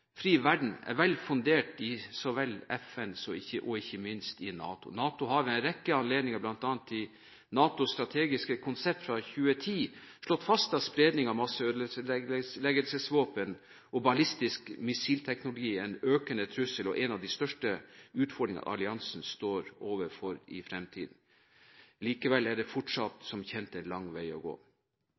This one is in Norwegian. verden er velfundert i FN og ikke minst i NATO. NATO har ved en rekke anledninger, bl.a. i NATOs strategiske konsept fra 2010, slått fast at spredningen av masseødeleggelsesvåpen og ballistisk missilteknologi er en økende trussel og en av de største utfordringene alliansen står overfor i fremtiden. Likevel er det fortsatt – som kjent – en lang vei å gå.